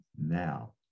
now